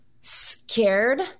scared